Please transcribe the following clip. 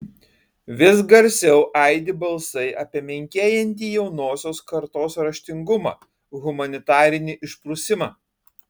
vis garsiau aidi balsai apie menkėjantį jaunosios kartos raštingumą humanitarinį išprusimą